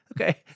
Okay